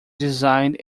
designed